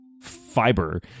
fiber